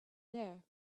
there